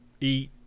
eat